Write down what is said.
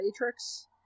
Matrix